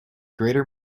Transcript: greater